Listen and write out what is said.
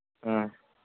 ꯑ